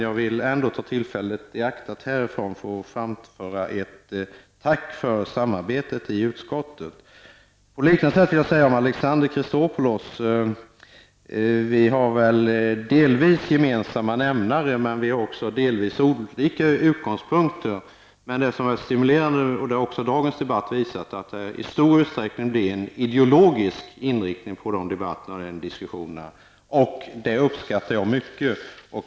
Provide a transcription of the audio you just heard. Jag vill ändå ta tillfället i akt att här ifrån få framföra ett tack för samarbetet i utskottet. På liknande sätt vill jag vända mig till Alexander Chrisopoulos. Vi har väl delvis gemensamma nämnare, men vi har också delvis olika utgångspunkter. Det som har varit stimulerande, och det har även dagens debatt visat, är att det i stor utsträckning blir en ideologisk inriktning på debatter och diskussioner. Det uppskattar jag mycket.